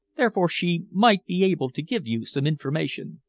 therefore she might be able to give you some information.